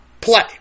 play